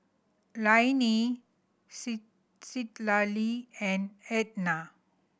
Lainey C Citlalli and Ednah